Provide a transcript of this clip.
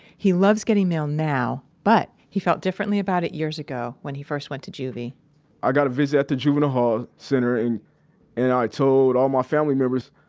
he loves getting mail now, but he felt different about it years ago when he first went to juvie i got a visit at the juvenile hall center, and and i told all my family members.